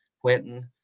Quentin